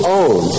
own